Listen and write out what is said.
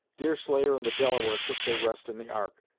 deerslayer and the delaware took their rest in the ark,